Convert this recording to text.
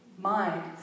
mind